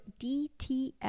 DTF